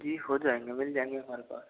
जी हो जाएगा मिल जाएंगे हमारे पास